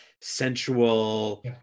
sensual